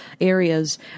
areas